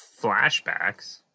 flashbacks